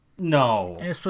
No